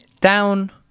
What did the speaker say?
down